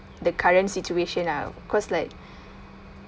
the current situation ah cause like